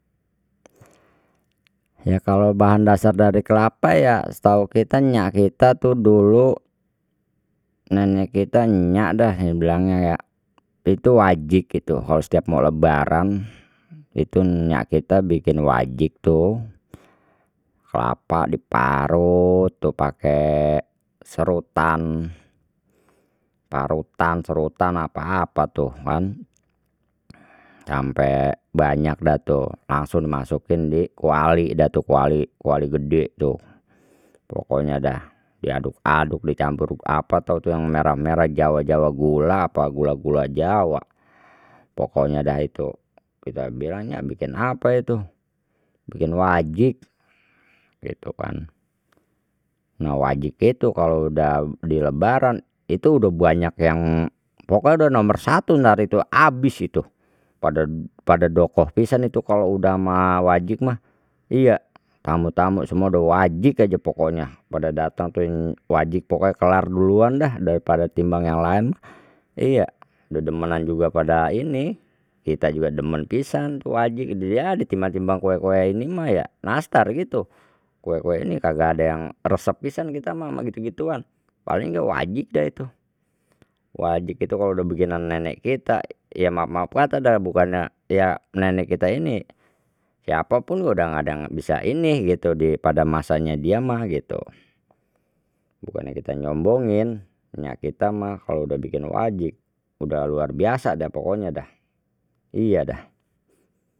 Ya kalau bahan dasar dari kelapa ya setahu kita nyak kita tuh dulu nenek kita enyak dah bilangnya ya itu wajik itu kalau setiap mau lebaran itu enyak kita bikin wajik tuh kelapa di paruh tuh pakai serutan parutan serutan apa apa tuh kan sampe banyak dah tu langsung masukin di kuali dah tu kuali kuali gede tuh pokoknya dah diaduk aduk dicampur apa tau yang merah merah jawa jawa gula apa gula gula jawa pokoknya dah itu kita bilangnya bikin apa itu bikin wajik gitu kan nah wajik itu kalau sudah di lebaran itu sudah banyak yang pokoknya udah nomor satu entar itu habis itu pada pada dokoh pisan itu kalau sudah ma wajik mah iya tamu tamu semua sudah wajik aja pokoknya pada datang tuh yang wajik pokoknya kelar duluan dah daripada timbang yang lain, iya sudah dedemenan juga pada ini kita juga demen pisan wajik dia di timbang timbang kue kue ini mah ya nastar gitu, kue kue ini kagak ada yang resep pisan kita mah ama gitu gituan paling ge wajik deh itu wajik itu kalau sudah bikinan nenek kita ya maaf maaf kata dah bukannya ya nenek kita ini siapapun udah enggak ada enggak bisa ini gitu di pada masanya dia mah gitu, bukannya kita nyombongin enyak kita mah kalau udah bikin wajik udah luar biasa deh pokoknya dah iya dah.